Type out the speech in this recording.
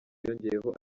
yongeyeho